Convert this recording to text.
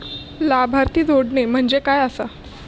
लाभार्थी जोडणे म्हणजे काय आसा?